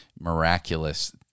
miraculous